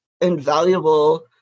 invaluable